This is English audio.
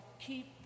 keep